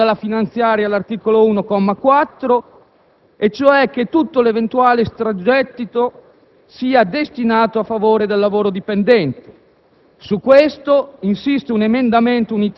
non si porta a compimento quanto previsto dalla finanziaria all'articolo 1, comma 4, e cioè che tutto l'eventuale extragettito sia destinato a favore del lavoro dipendente.